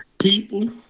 people